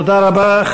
תודה רבה.